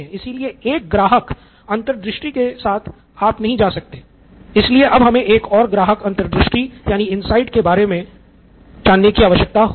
इसलिए एक ग्राहक अंतर्दृष्टि के साथ आप नहीं जा सकते हैं इसलिए अब हमे एक और ग्राहक अंतर्दृष्टि प्राप्त करने की आवश्यकता होगी